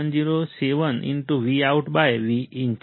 707Vout Vin છે